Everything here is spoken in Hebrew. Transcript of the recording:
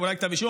אולי כתב אישום,